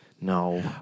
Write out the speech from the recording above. No